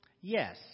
Yes